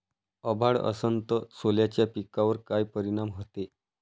अभाळ असन तं सोल्याच्या पिकावर काय परिनाम व्हते?